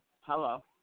Hello